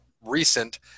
recent